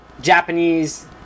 Japanese